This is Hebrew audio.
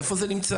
איפה זה נמצא?